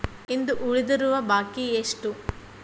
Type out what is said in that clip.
ಇಂದು ಉಳಿದಿರುವ ಬಾಕಿ ಎಷ್ಟು?